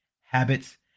habits